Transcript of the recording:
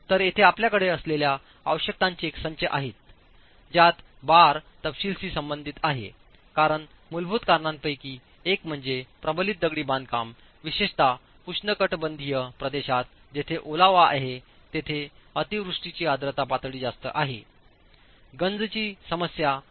तरयेथे आपल्याकडे असलेल्या आवश्यकतांचे एक संच आहेत ज्यात बार तपशीलाशी संबंधित आहे कारण मूलभूत कारणांपैकी एक म्हणजे प्रबलित दगडी बांधकाम विशेषतः उष्णकटिबंधीय प्रदेशात जेथे ओलावा आहे तेथे अतिवृष्टीची आर्द्रता पातळी जास्त आहे गंजची समस्या आहे